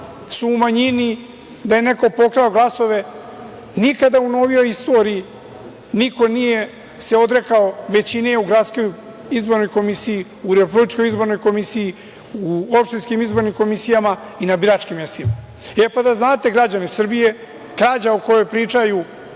su u manjini, da je neko pokrao glasove, nikada u novijoj istoriji niko nije se odrekao većine u gradskoj izbornoj komisiji, u RIK, u opštinskim izbornim komisijama i na biračkim mestima. E, pa da znate, građani Srbije, krađa o kojoj pričaju